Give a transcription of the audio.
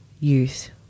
youth